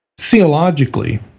theologically